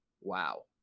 wow